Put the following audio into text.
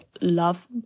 love